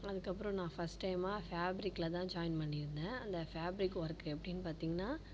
அதுக்கப்புறம் நான் ஃபர்ஸ்ட் டைமாக ஃபேப்ரிகில் தான் ஜாய்ன் பண்ணியிருந்தேன் அந்த ஃபேப்ரிக் ஒர்க் எப்படின் பார்த்திங்னா